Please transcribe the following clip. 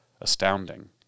astounding